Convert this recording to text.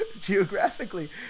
geographically